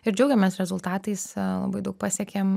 ir džiaugiamės rezultatais labai daug pasiekėm